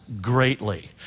greatly